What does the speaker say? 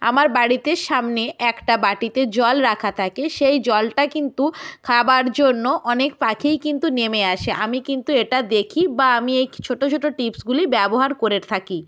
আমার বাড়িতে সামনে একটা বাটিতে জল রাখা থাকে সেই জলটা কিন্তু খাবার জন্য অনেক পাখিই কিন্তু নেমে আসে আমি কিন্তু এটা দেখি বা আমি এই ছোটো ছোটো টিপসগুলি ব্যবহার করে থাকি